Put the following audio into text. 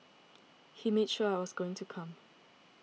he made sure I was going to come